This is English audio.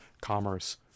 commerce